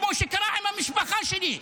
כמו שקרה עם המשפחה שלי.